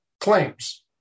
claims